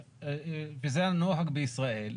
וזה הנוהג בישראל,